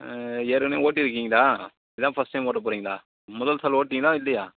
ஏற்கனவே ஓட்டியிருக்கீங்களா இதுதான் ஃபஸ்ட் டைம் ஓட்ட போகிறீங்களா முதல் சால் ஓட்டினீங்களா இல்லையா